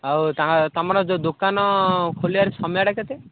ଆଉ ତାଙ୍କର ତୁମର ଯେଉଁ ଦୋକାନ ଖୋଲିବାର ସମୟଟା କେତେ